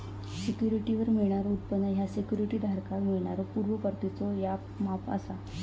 सिक्युरिटीवर मिळणारो उत्पन्न ह्या सिक्युरिटी धारकाक मिळणाऱ्यो पूर्व परतीचो याक माप असा